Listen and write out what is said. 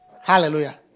Hallelujah